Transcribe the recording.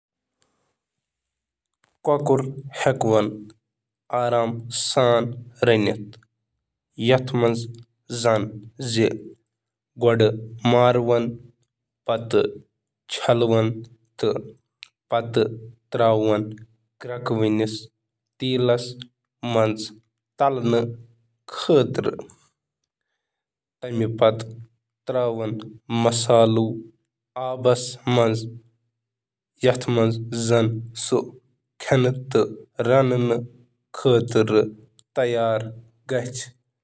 Chicken رنٛنٕکۍ کینٛہہ مُکمل ساروِی کھۄتہٕ سَہَل طٔریٖقہٕ چھِ، یِم چھِ اَتھ پٮ۪ٹھ منحصر زِ تۄہہِ چُھ کۄکُر کَمہِ حِصہٕ سۭتۍ: چکن بریسٹَن خٲطرٕ ساروِی کھۄتہٕ بیکنگ، شکار، روسٹنگ، پین سیرنگ تہٕ باقی۔